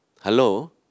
Hello